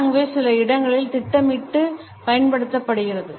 Paralanguage சில இடங்களில் திட்டமிட்டு பயன்படுத்தப்படுகிறது